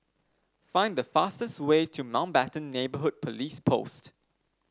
find the fastest way to Mountbatten Neighbourhood Police Post